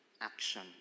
action